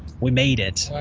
we made it!